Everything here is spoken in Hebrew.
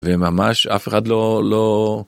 וממש אף אחד לא, לא...